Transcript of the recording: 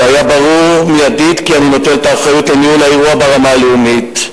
והיה ברור מיידית כי אני נוטל את האחריות לניהול האירוע ברמה הלאומית.